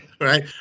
right